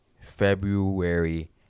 February